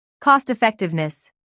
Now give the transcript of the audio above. Cost-Effectiveness